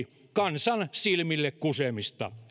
kansan silmille kusemista